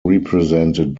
represented